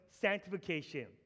sanctification